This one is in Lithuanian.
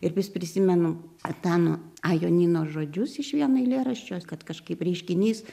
ir vis prisimenu antano a jonyno žodžius iš vieno eilėraščio kad kažkaip reiškinys